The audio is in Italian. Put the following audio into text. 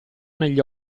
negli